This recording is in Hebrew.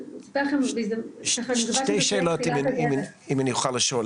שתי שאלות אם אני אוכל לשאול.